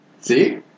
See